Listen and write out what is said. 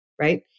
right